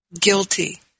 guilty